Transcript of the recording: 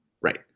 Right